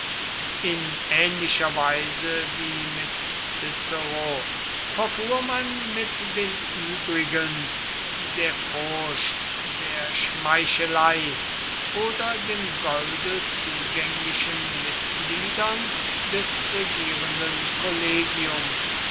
in ähnlicher weise wie mit cicero verfuhr man mit den übrigen der furcht der schmeichelei oder dem golde zugänglichen mitgliedern des regierenden kollegiums